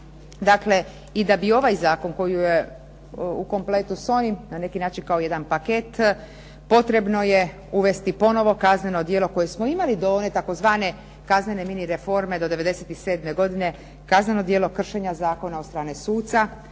dakle i da bi ovaj zakon koju je u kompletu s onim, na neki način kao jedan paket, potrebno je uvesti ponovo kazneno koje smo imali do one tzv. kaznene mini reforme do '97. godine, kazneno djelo kršenja zakona od strane suca